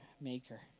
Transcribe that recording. maker